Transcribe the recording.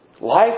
Life